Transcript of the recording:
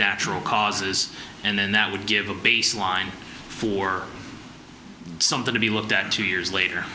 natural causes and then that would give a baseline for something to be looked at two years later